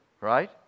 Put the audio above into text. Right